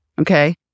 Okay